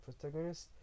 protagonist